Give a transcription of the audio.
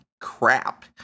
crap